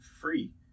free